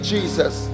Jesus